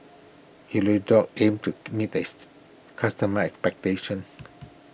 Hirudoid aims to meet east customers' expectations